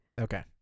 Okay